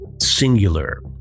Singular